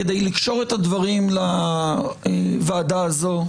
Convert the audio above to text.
כדי לקשור את הדברים לוועדה הזו,